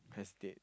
hesitate